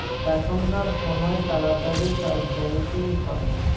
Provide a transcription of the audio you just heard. এখনকার সময় তাড়াতাড়ি সব ব্যাঙ্কিং করে